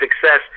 success